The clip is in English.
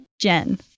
Jen